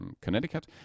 Connecticut